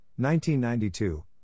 1992